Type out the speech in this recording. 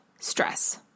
stress